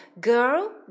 girl